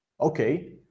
Okay